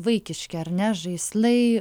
vaikiški ar ne žaislai